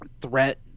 threat